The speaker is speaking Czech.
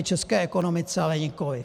České ekonomice ale nikoliv.